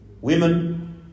Women